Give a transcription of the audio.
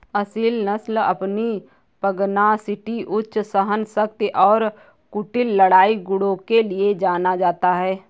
असील नस्ल अपनी पगनासिटी उच्च सहनशक्ति और कुटिल लड़ाई गुणों के लिए जाना जाता है